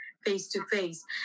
face-to-face